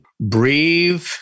Breathe